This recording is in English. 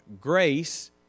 Grace